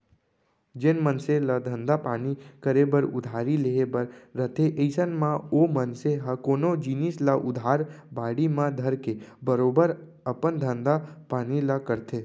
जेन मनसे ल धंधा पानी करे बर उधारी लेहे बर रथे अइसन म ओ मनसे ह कोनो जिनिस ल उधार बाड़ी म धरके बरोबर अपन धंधा पानी ल करथे